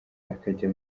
akajya